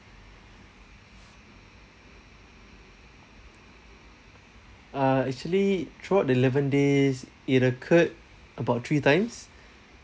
uh actually throughout the eleven days it occurred about three times